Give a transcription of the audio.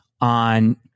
on